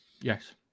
Yes